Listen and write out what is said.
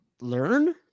learn